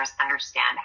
understand